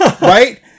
right